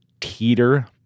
teeter-